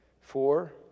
four